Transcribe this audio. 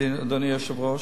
אדוני היושב-ראש,